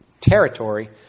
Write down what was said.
territory